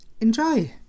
Enjoy